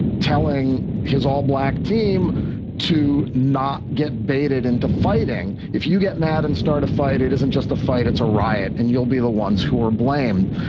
telling his all black team to not get baited into fighting. if you get mad and start a fight, it isn't just a fight, it's a riot and you'll be the ones who are blamed.